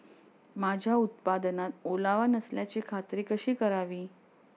माझ्या उत्पादनात ओलावा नसल्याची खात्री कशी करावी?